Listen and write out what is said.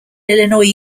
illinois